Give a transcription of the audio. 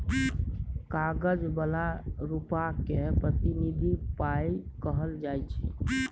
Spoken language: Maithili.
कागज बला रुपा केँ प्रतिनिधि पाइ कहल जाइ छै